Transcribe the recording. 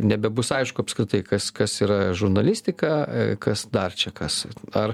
nebebus aišku apskritai kas kas yra žurnalistika kas dar čia kas ar